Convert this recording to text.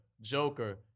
Joker